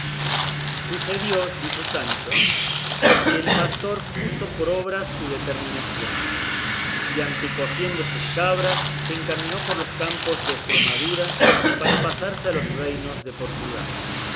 sucedió dijo sancho que el pastor puso por obra su determinación y antecogiendo sus cabras se encaminó por los campos de estremadura para pasarse a los reinos de portugal